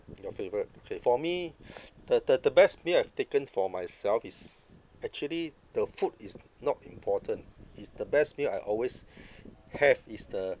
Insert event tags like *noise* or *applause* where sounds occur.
your favourite okay for me *breath* the the the best meal I've taken for myself is actually the food is not important is the best meal I always *breath* have is the